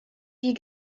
die